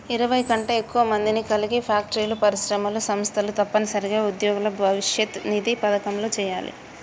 ఇరవై కంటే ఎక్కువ మందిని కలిగి ఫ్యాక్టరీలు పరిశ్రమలు సంస్థలు తప్పనిసరిగా ఉద్యోగుల భవిష్యత్ నిధి పథకంలో చేయాలి